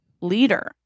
leader